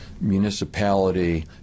municipality